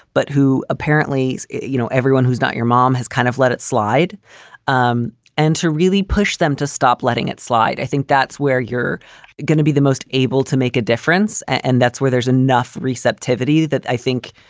but who apparently, you know, everyone who's not your mom has kind of let it slide um and to really push them to stop letting it slide. i think that's where you're going to be the most able to make a difference. and that's where there's enough reset. givati that i think,